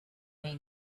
may